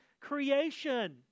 creation